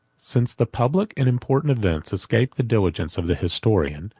since the public and important events escape the diligence of the historian,